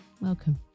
welcome